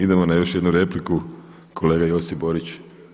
Idemo na još jednu repliku kolega Josip Borić.